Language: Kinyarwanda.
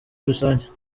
rusange